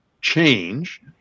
change